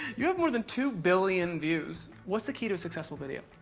you have more than two billion views. what's the key to a successful video?